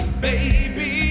Baby